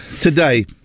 today